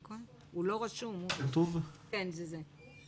בתיכון, שלוש